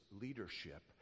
leadership